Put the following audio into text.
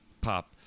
Pop